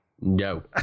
No